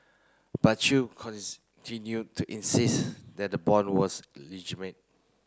but Chew to insist that the bond was